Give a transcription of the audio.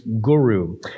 guru